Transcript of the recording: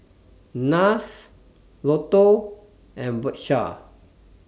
Nars Lotto and Bershka